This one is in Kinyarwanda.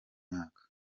mwaka